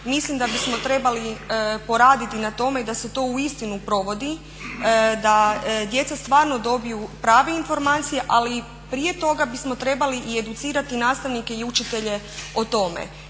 mislim da bi smo trebali poraditi na tome i da se to uistinu provodi, da djeca stvarno dobiju prave informacije ali prije toga bismo trebali i educirati nastavnike i učitelje o tome.